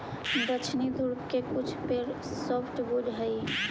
दक्षिणी ध्रुव के कुछ पेड़ सॉफ्टवुड हइ